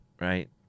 right